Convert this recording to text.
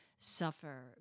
suffer